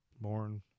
born